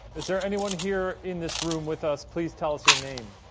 is there anyone here in this room with us? please tell us your name.